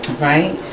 right